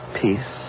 peace